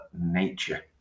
nature